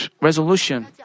resolution